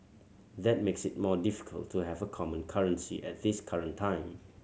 that makes it more difficult to have a common currency at this current time